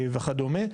וכדומה.